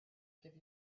give